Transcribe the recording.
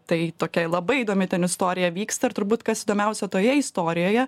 tai tokia labai įdomi ten istorija vyksta ir turbūt kas įdomiausia toje istorijoje